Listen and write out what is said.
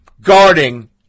guarding